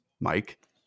Mike